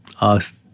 ask